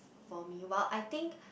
for me while I think